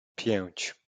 pięć